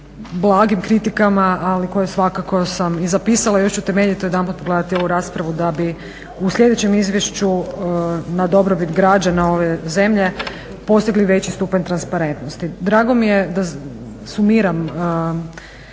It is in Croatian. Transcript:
blagim kritikama koje sam i zapisala i još ću temeljito još jedanput pogledati ovu raspravu da bi u sljedećem izvješću na dobrobit građana ove zemlje postigli veći stupanj transparentnosti. Drago mi je da sumiram